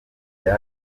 rya